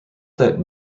that